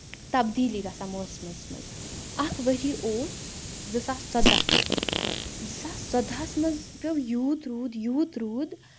تَبدیلی گژھان موسمَس مَنٛز اَکھ ؤری اوس زٕ ساس ژۄداہ زٕ ساس ژۄداہَس منٛز پیٛو یوت رود یوت رود